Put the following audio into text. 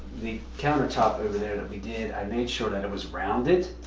the countertop over there that we did, i made sure that it was rounded.